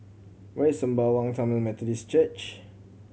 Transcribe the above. where is Sembawang Tamil Methodist Church